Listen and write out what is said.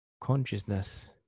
consciousness